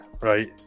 right